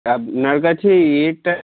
আপনার কাছে এটা